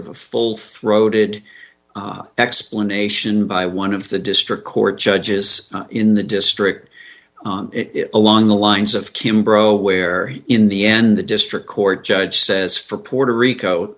of a full throated explanation by one of the district court judges in the district on it along the lines of kim bro where in the end the district court judge says for puerto rico